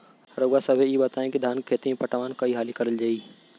रउवा सभे इ बताईं की धान के खेती में पटवान कई हाली करल जाई?